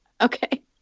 okay